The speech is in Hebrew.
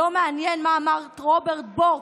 לא מעניין מה אמר רוברט בורק,